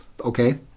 okay